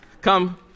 Come